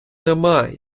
нема